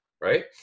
right